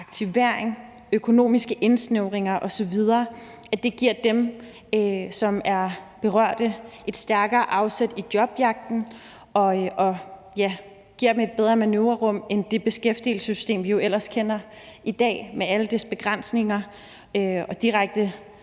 aktivering, økonomiske indsnævringer osv., giver dem, som er berørte, et stærkere afsæt i jobjagten og giver dem et bedre manøvrerum end det beskæftigelsessystem, vi jo ellers kender i dag, med alle dets begrænsninger og direkte